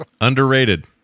Underrated